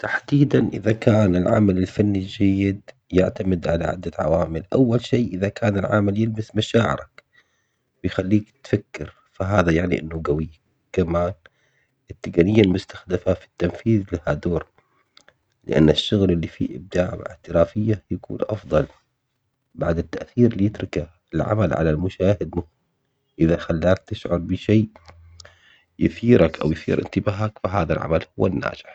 تحديداً إذا كان العمل الفني جيد يعتمد على عدة عوامل أول شي إذا كان العمل بيمس مشاعرك بيخليك تفكر فهذا يعني إنه قوي، كمان التقنية المستخدمة في التنفيذ لها دور لأنه الشغل اللي فيه إبداع واحترافية يكون أفضل، بعد التأثير اللي يتركه العمل على المشاهد إذا خلاك تشعر بشي يثيرك أو يثير انتباهك فهذا العمل هو الناجح.